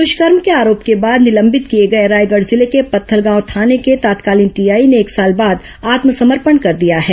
दुष्कर्म के आरोप के बाद निलंबित किए गए रायगढ़ जिले के पत्थलगांव थाने के तत्कालीन टीआई ने एक साल बाद आत्मसमर्पण कर दिया है